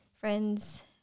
friends